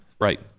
Right